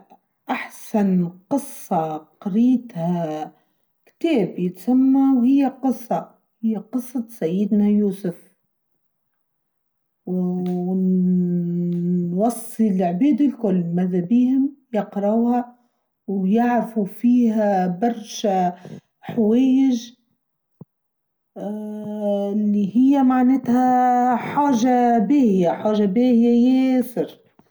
أحسن قصة قريتها كتاب يتسمى وهي قصة هي قصة سيدنا يوسف ونوصي لعبيد الكل ماذا بيهم يقرواها ويعرفوا فيها برشة حويج اللي اااا هي معناتها حاجة بيها حاجة بيها ياسر.